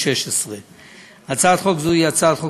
התשע"ו 2016. הצעת חוק זו היא הצעת חוק